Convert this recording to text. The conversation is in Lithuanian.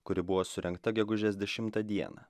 kuri buvo surengta gegužės dešimtą dieną